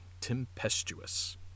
tempestuous